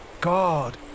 God